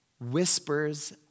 Whispers